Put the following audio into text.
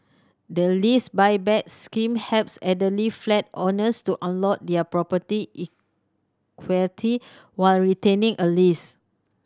the Lease Buyback Scheme helps elderly flat owners to unlock their property equity while retaining a lease